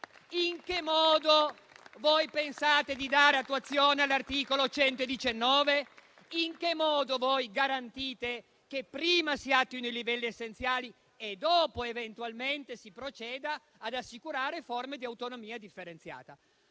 In che modo pensate di dare attuazione all'articolo 119? In che modo voi garantite che prima si attuino i livelli essenziali e dopo, eventualmente, si proceda ad assicurare forme di autonomia differenziata?